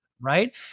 right